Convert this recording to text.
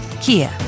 Kia